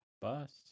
bus